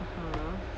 (uh huh)